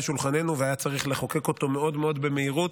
שולחננו והיה צריך לחוקק אותו מאוד מאוד במהירות,